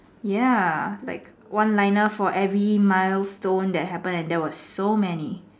ya like one liner for every milestones that happen and there was so many